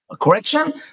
correction